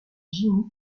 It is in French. jimmy